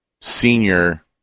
senior